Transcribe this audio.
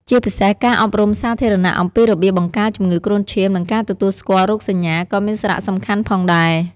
ជាពិសេសការអប់រំសាធារណៈអំពីរបៀបបង្ការជំងឺគ្រុនឈាម និងការទទួលស្គាល់រោគសញ្ញាក៏មានសារៈសំខាន់ផងដែរ។